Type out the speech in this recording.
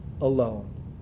alone